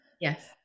yes